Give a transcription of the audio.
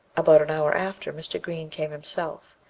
about an hour after, mr. green came himself,